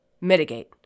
mitigate